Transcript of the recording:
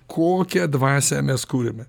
kokią dvasią mes kuriame